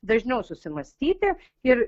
dažniau susimąstyti ir